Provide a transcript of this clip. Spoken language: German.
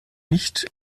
nicht